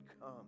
come